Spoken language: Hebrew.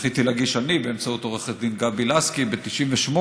שזכיתי להגיש אני באמצעות עורכת דין גבי לסקי ב-1998,